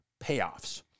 payoffs